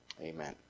Amen